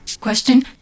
Question